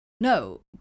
no